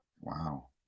Wow